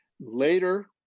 later